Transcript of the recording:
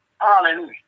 Hallelujah